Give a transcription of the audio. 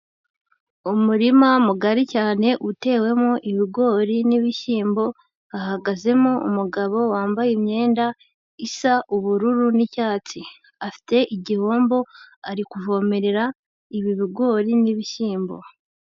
Umurima mugari cyane utewemo ibigori n'ibishyimbo hahagazemo umugabo wambaye imyenda isa ubururu n'icyatsi, afite igihombo ari kuvomerera ibi bigori n'ibishyimbo.